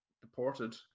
deported